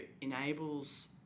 enables